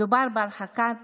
מדובר בהרחקת